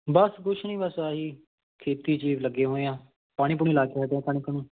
ਬਸ ਕੁਛ ਨਹੀਂ ਬਸ ਆਹੀ ਖੇਤੀ ਚੀਵ ਲੱਗੇ ਹੋਏ ਹਾਂ ਪਾਣੀ ਪੂਣੀ ਲਾ ਕੇ ਹੱਟਿਆ ਕਣਕ ਨੂੰ